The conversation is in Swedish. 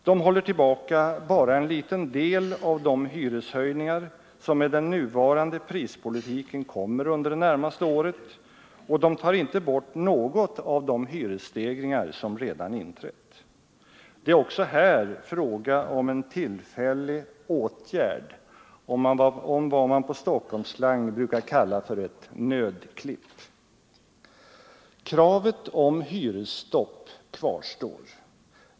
De håller tillbaka bara en liten del av de hyreshöjningar som med den nuvarande prispolitiken kommer under det närmaste året, och de tar inte bort något av de hyresstegringar som redan inträtt. Det är också här fråga om en tillfällig åtgärd — om vad man på Stockholmsslang brukar kalla för ett nödklipp. Kravet på hyresstopp kvarstår.